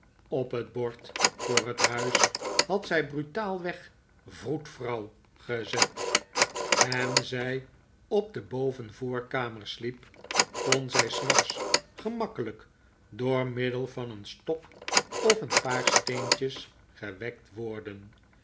op het bord voor het huis had zij brutaalweg vroedvrouw gezet en zij op de bovenvoorkamer sliep kon zij s nachts gemakkelijk door middel van een stok of een paar steentjes gewekt worden